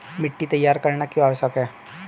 मिट्टी तैयार करना क्यों आवश्यक है?